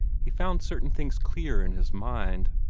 he found certain things clear in his mind.